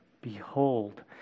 Behold